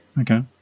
Okay